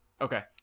Okay